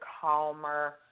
calmer